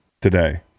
today